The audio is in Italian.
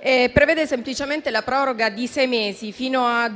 prevede semplicemente la proroga di sei mesi - fino al